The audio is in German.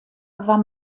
war